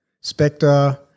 Spectre